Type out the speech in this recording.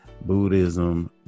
Buddhism